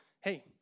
hey